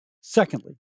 Secondly